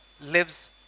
lives